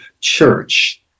church